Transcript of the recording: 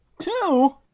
Two